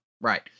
Right